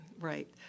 Right